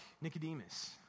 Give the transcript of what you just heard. Nicodemus